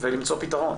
ולמצוא פתרון.